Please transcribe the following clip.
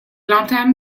entame